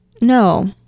no